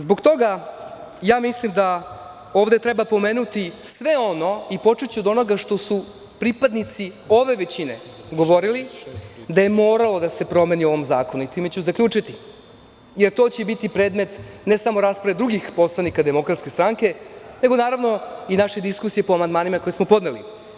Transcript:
Zbog toga mislim da treba pomenuti sve ono i počeću od onoga što su pripadniciove većine govorili, da je moralo da se promeni u ovom zakonu, i time ću zaključiti, jer to će biti predmet, ne samo rasprave drugih poslanika DS, nego i naše diskusije po amandmanima koje smo podneli.